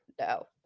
No